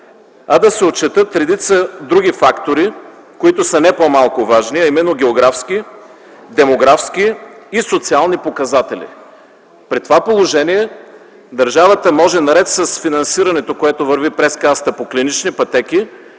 а да се отчетат редица други фактори, които са не по-малко важни, а именно географски, демографски и социални показатели. При това положение държавата може наред с финансирането, което върви през Касата по клинични пътеки,